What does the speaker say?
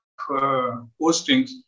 postings